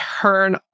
turn